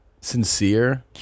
sincere